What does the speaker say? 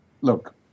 look